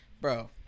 Bro